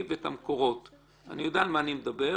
ואת המקורות - אני יודע על מה אני מדבר,